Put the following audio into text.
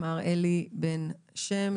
מר אלי בן שם,